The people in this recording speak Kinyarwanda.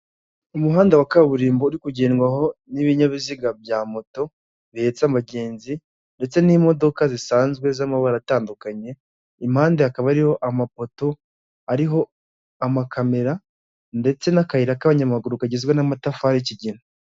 Umuhanda wa kaburimbo uri kugendwaho n'ibinyabiziga bya moto bihetsa abagenzi ndetse n'imodoka zisanzwe z'amabara atandukanye, impande hakaba ariho amapoto ariho amakamera ndetse n'akayira k'abanyamaguru kagizwe n'amatafari kigina.